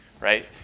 right